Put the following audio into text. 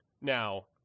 Now